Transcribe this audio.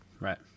right